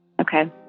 Okay